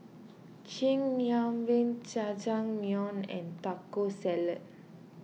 Chigenabe Jajangmyeon and Taco Salad